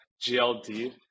GLD